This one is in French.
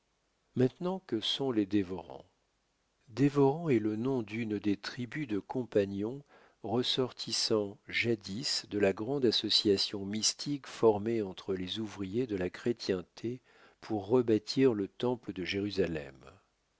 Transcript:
maintenant que sont les dévorants dévorants est le nom d'une des tribus de compagnons ressortissant jadis de la grande association mystique formée entre les ouvriers de la chrétienté pour rebâtir le temple de jérusalem